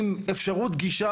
עם אפשרות גישה